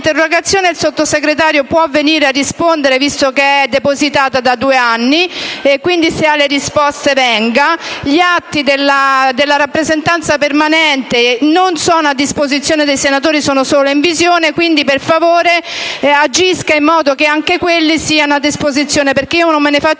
il Sottosegretario può venire a rispondere, visto che è depositata da due anni. Se ha le risposte, venga. Gli atti della rappresentanza permanente non sono a disposizione dei senatori, ma sono solo in visione, quindi, per favore, agisca in modo che anche quelli siano a disposizione. Non me ne faccio